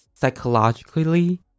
psychologically